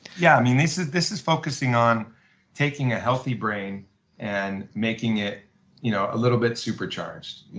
yeah mean this is this is focussing on taking a healthy brain and making it you know a little bit supercharged.